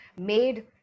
made